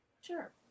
Sure